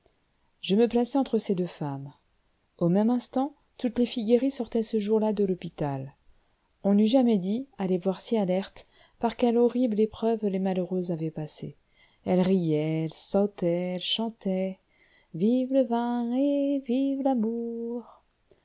je me plaçai entre ces deux femmes au même instant toutes les filles guéries sortaient ce jour-là de l'hôpital on n'eût jamais dit à les voir si alertes par quelles horribles épreuves les malheureuses avaient passé elles riaient elles sautaient elles chantaient vive le vin et vive l'amour